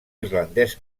irlandès